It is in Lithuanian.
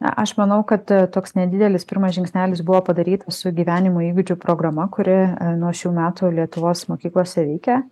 na aš manau kad toks nedidelis pirmas žingsnelis buvo padarytas su gyvenimo įgūdžių programa kuri nuo šių metų lietuvos mokyklose veikia